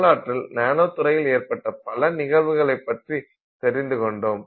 வரலாற்றில் நானோ துறையில் ஏற்பட்ட பல நிகழ்வுகளை பற்றி தெரிந்துகொண்டோம்